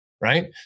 right